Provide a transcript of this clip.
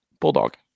Bulldog